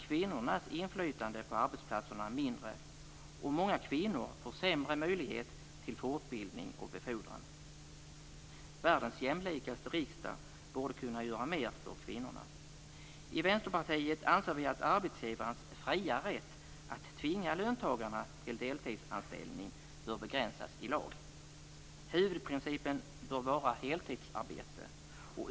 Kvinnornas inflytande på arbetsplatserna är mindre än männens. Många kvinnor får sämre möjligheter till fortbildning och befordran. Världens mest jämlika riksdag borde kunna göra mer för kvinnorna. I Vänsterpartiet anser vi att arbetsgivarens fria rätt att tvinga löntagarna till deltidsanställning bör begränsas i lag. Huvudprincipen bör vara heltidsarbete.